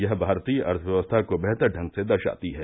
यह भारतीय अर्थव्यवस्था को बेहतर ढंग से दर्शाती है